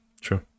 true